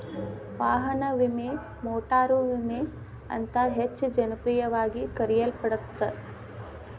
ವಾಹನ ವಿಮೆ ಮೋಟಾರು ವಿಮೆ ಅಂತ ಹೆಚ್ಚ ಜನಪ್ರಿಯವಾಗಿ ಕರೆಯಲ್ಪಡತ್ತ